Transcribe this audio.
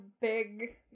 big